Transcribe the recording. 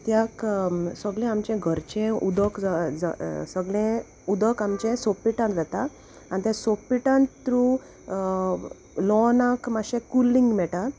कित्याक सगलें आमचें घरचें उदक सगळें उदक आमचें सोक पीटान वता आनी तें सोक पीटान थ्रू लॉनाक मातशें कुलींग मेळटा